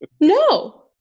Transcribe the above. No